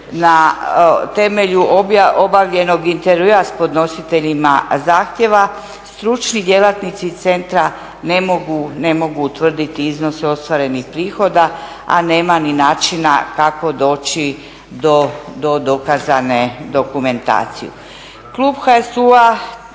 na temelju obavljenog intervjua s podnositeljima zahtjeva. Stručni djelatnici centra ne mogu utvrditi iznose ostvarenih prihoda, a nema ni načina kako doći do dokazane dokumentacije.